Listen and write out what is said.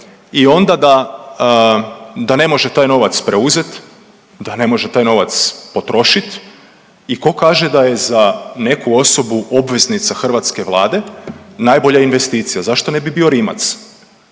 i onda da, da ne može taj novac preuzeti, da ne može taj novac potrošiti i tko kaže da je za neku osobu obveznica hrvatske Vlade najbolja investicija, zašto ne bi bio Rimac?